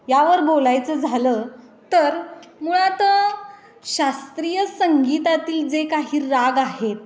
यावर बोलायचं झालं तर मुळात शास्त्रीय संगीतातील जे काही राग आहेत